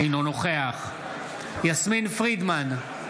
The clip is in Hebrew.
אינו נוכח יסמין פרידמן,